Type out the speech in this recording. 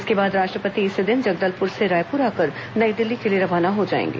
इसके बाद राष्ट्रपति इसी दिन जगदलपुर से रायपुर आकर नई दिल्ली के लिए रवाना हो जाएंगे